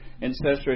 incestuous